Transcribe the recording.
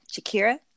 Shakira